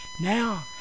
Now